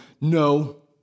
no